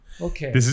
okay